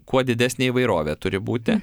kuo didesnė įvairovė turi būti